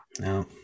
No